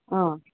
हां